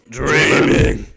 dreaming